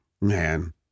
Man